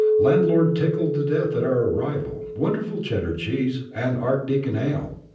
landlord tickled to death at our arrival. wonderful cheddar cheese, and archdeacon ale.